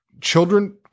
Children